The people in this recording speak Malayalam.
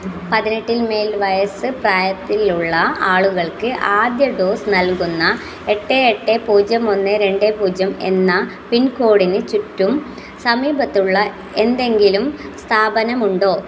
പതിനെട്ടിൽ മേൽ വയസ്സ് പ്രായത്തിലുള്ള ആളുകൾക്ക് ആദ്യ ഡോസ് നൽകുന്ന എട്ട് എട്ട് പൂജ്യം ഒന്ന് രണ്ട് പൂജ്യം എന്ന പിൻകോഡിന് ചുറ്റും സമീപത്തുള്ള എന്തെങ്കിലും സ്ഥാപനമുണ്ടോ